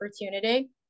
opportunity